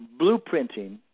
blueprinting